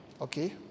okay